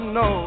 no